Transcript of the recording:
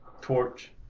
torch